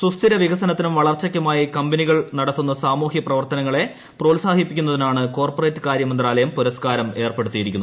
സുസ്ഥിര വികസനത്തിനും വളർച്ചയ്ക്കുമായി കമ്പനികൾ നടത്തുന്ന സാമൂഹ്യ പ്രവർത്തനങ്ങളെ പ്രോത്സാഹിപ്പിക്കുന്നതിനാണ് കോർപ്പറേറ്റ് കാര്യമന്ത്രാലയം പുരസ്കാരം ഏർപ്പെടുത്തിയിരിക്കുന്നത്